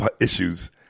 issues